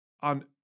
on